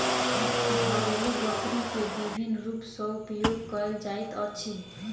घरेलु बकरी के विभिन्न रूप सॅ उपयोग कयल जाइत अछि